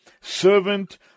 servant